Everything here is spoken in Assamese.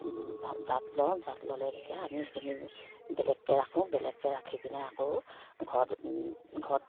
জাত লওঁ জাত ল'লে তেতিয়া আমি সেইখিনি বেলেগকে ৰাখোঁ বেলেগকৈ ৰাখি পিনে আকৌ ঘৰত ঘৰত